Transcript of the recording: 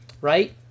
right